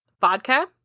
vodka